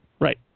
Right